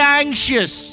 anxious